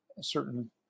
certain